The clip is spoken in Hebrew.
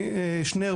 התייחסתם לנושא השפות,